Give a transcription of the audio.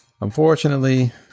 Unfortunately